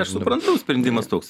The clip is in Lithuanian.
aš suprantu sprendimas toks